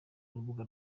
urubuga